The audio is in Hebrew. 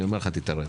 אני אומר לך: תתערב.